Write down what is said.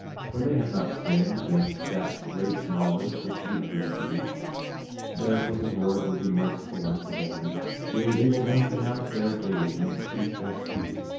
for they have not sinned against that great knowledge which ye have received therefore the lord will be merciful unto them yea, he will lengthen out their days and increase their seed,